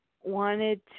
wanted